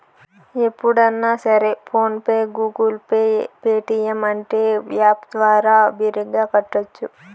ఎప్పుడన్నా సరే PhonePe Google Pay Paytm అంటే యాప్ ద్వారా బిరిగ్గా కట్టోచ్చు